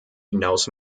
hinaus